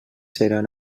seran